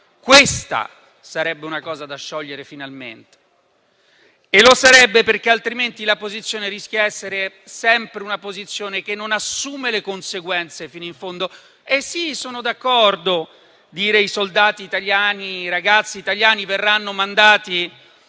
questa sarebbe una questione da sciogliere, finalmente, perché, altrimenti, la posizione rischia di essere una posizione che non assume le conseguenze fino in fondo. Sono d'accordo che dire che i soldati italiani, i ragazzi italiani, verranno mandati